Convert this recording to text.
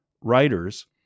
writers